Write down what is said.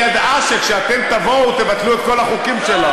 היא ידעה שכשאתם תבואו, תבטלו את כל החוקים שלה.